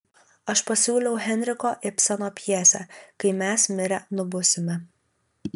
aš pasiūliau henriko ibseno pjesę kai mes mirę nubusime